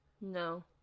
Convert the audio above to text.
No